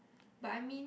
but I mean